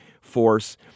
force